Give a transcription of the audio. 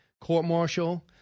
court-martial